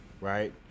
right